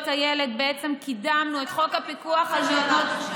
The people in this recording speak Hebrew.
הילד בעצם קידמנו את חוק הפיקוח על מעונות,